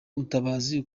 mutabazi